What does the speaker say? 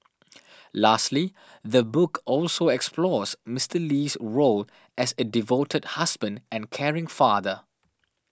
lastly the book also explores Mister Lee's role as a devoted husband and caring father